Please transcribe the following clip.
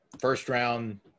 first-round